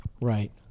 Right